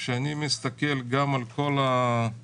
כשאני מסתכל על מה